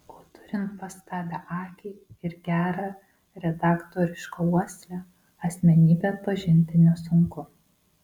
o turint pastabią akį ir gerą redaktorišką uoslę asmenybę atpažinti nesunku